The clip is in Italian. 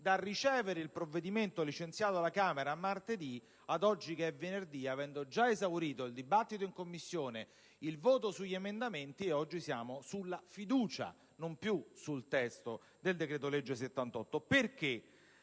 martedì, il provvedimento licenziato dalla Camera a oggi, che è venerdì, avendo già esaurito il dibattito in Commissione, il voto sugli emendamenti e ora siamo sulla fiducia, e non più sul testo del decreto-legge n. 78. Perché